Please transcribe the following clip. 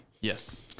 Yes